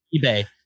eBay